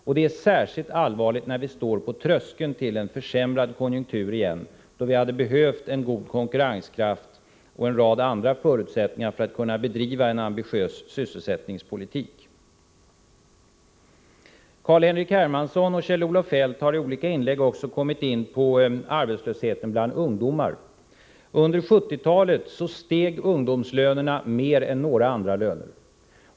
Särskilt allvarligt är det när vi nu på nytt står på tröskeln till en försämrad konjunktur. Just då behöver vi en god konkurrenskraft och en rad andra förutsättningar för att kunna bedriva en ambitiös sysselsättningspolitik. Carl-Henrik Hermansson och Kjell-Olof Feldt har i olika inlägg också kommit in på frågan om arbetslösheten bland ungdomar. Under 1970-talet steg ungdomslönerna mer än några andra löner.